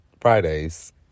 fridays